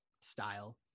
style